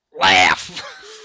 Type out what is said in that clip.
Laugh